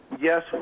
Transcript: yes